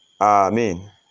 Amen